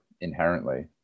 inherently